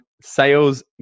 sales